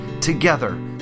together